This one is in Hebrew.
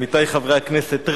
עמיתי חברי הכנסת,